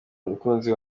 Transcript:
umukunzi